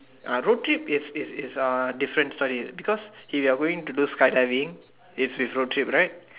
ah road trip is is uh different story because if you are going to do skydiving is with road trip right